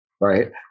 right